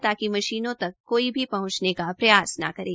ताकि मशीनों तक कोई पहंचने का प्रयास न करें